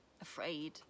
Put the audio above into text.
afraid